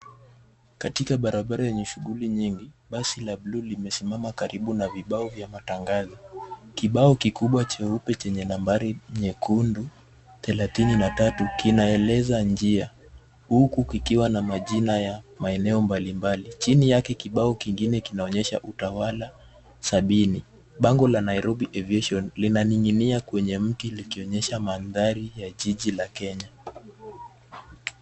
Katika barabara yenye shughuli nyingi, basi la buluu limesimama karibu na vibao vya matangazo. Kibao kikubwa cheupe chenye nambari nyekundu, thelathini na tatu, kinaeleza njia, huku kikiwa na majina ya maeneo mbalimbali. Chini yake, kibao kingine kinaonyesha Utawala, sabini. Bango la Nairobi Aviation linaning'inia kwenye mti, likionyesha mandhari ya jiji la Kenya.